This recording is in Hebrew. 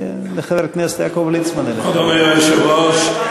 אדוני היושב-ראש,